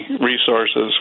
resources